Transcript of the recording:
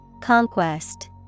conquest